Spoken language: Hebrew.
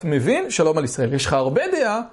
אתה מבין? שלום על ישראל, יש לך הרבה דעה.